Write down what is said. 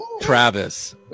Travis